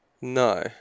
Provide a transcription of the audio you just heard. No